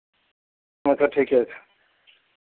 अच्छा ठीके छै